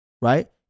right